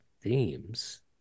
themes